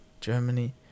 Germany